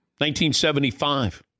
1975